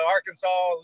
Arkansas